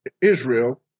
Israel